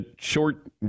short